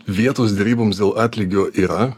vietos deryboms dėl atlygio yra